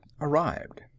arrived